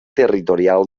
territorial